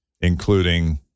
including